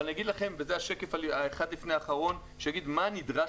אבל אני רוצה להציג לכם את השקף האחד לפני האחרון שיגיד מה נדרש,